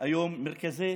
היום מרכזי